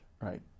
right